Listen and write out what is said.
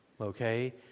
okay